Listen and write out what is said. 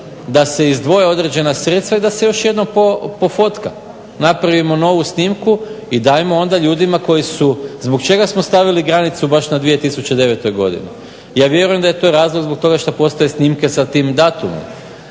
da se izdvoje određena sredstva i da se još jednom po fotka. Napravimo novu snimku i dajmo onda ljudima koji su, zbog čega smo stavili granicu baš na 2009. godini? Ja vjerujem da je to razlog zbog toga što postoje snimke s tim datumom.